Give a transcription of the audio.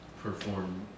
perform